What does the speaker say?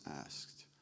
asked